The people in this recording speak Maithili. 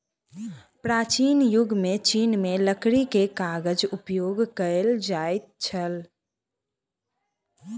प्राचीन युग में चीन में लकड़ी के कागज उपयोग कएल जाइत छल